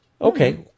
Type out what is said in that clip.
Okay